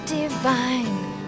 divine